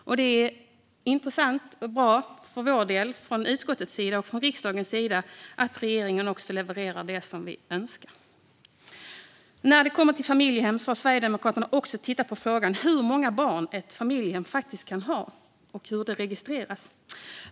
Från Sverigedemokraternas, utskottets och riksdagens sida tycker vi att det är intressant och bra att regeringen levererar det som vi önskar. När det gäller familjehem har Sverigedemokraterna tittat på hur många barn ett familjehem faktiskt kan ha och hur detta registreras.